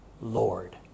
Lord